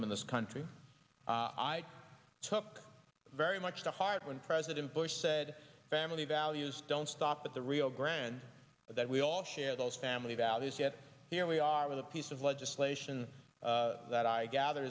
them in this country i took very much to heart when president bush said family values don't stop at the rio grande but that we all share those family values yet here we are with a piece of legislation that i gather